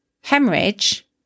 Hemorrhage